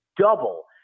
double